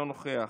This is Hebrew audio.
אינו נוכח,